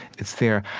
it's there.